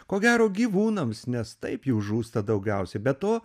ko gero gyvūnams nes taip jų žūsta daugiausiai be to